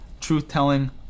truth-telling